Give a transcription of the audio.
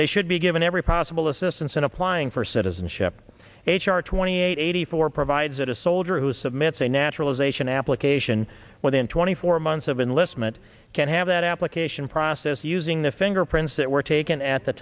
they should be given every possible assistance in applying for citizenship h r twenty eight eighty four provides that a soldier who submits a naturalization application within twenty four months of unless meant can have that application process using the fingerprints that were taken at the